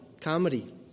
comedy